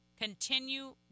continue